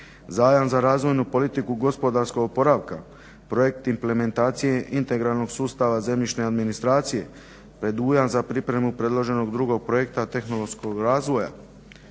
zajam za razvojnu politiku gospodarskog oporavka, projekt implementacije integralnog sustava zemljišne administracije, predujam za pripremu predloženog drugog projekta tehnološkog razvoja,